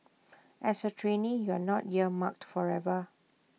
as A trainee you are not earmarked forever